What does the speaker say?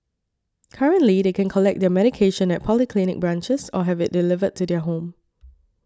currently they can collect their medication at polyclinic branches or have it delivered to their home